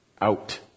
Out